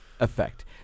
effect